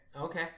Okay